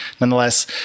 nonetheless